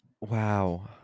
wow